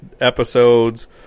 episodes